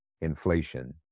inflation